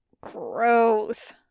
gross